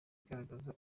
igaragaza